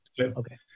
okay